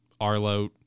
Arlo